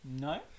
No